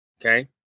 okay